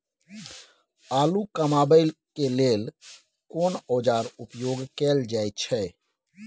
आलू कमाबै के लेल कोन औाजार उपयोग कैल जाय छै?